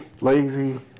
Lazy